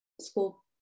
school